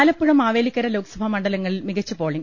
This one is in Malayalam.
ആലപ്പുഴ മാവേലിക്കര ലോക്സഭ മണ്ഡലങ്ങളിൽ മികച്ച പോ ളിങ്